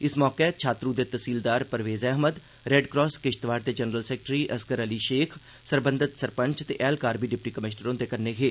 इस मौके छात्रू दे तैह्सीलदार परवेज़ अहमद रेड क्रास किश्तवाड़ दे जनरल सैक्रेटरी असगर अली शेख सरबंधत सरपंच ते ऐह्लकार बी डिप्टी कमिशनर हुंदे कन्नै हे